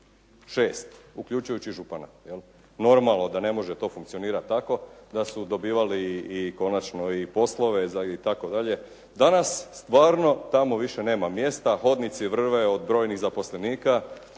uključujući župana. Normalno da ne može to funkcionirati tako, da su dobivali i konačno i poslove itd. Danas stvarno tamo više nema mjesta, hodnici vrve od brojnih zaposlenika,